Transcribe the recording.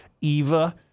Eva